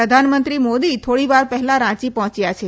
પ્રધાનમંત્રી મોદી થોડીવાર પહેલાં રાંચી પહોંચ્યા છે